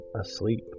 asleep